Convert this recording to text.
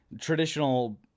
traditional